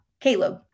Caleb